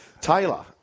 Taylor